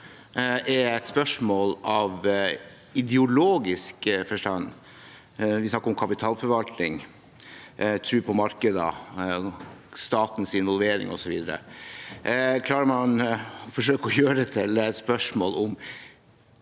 er et spørsmål av ideologisk forstand, vi snakker om kapitalforvaltning, tro på markedet, statens involvering osv., klarer man å forsøke å gjøre til et spørsmål om